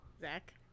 Zach